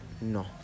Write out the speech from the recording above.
No